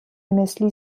مثلی